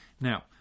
Now